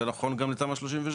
לא יהיה נכון גם לתמ"א 38?